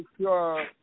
sure